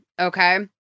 Okay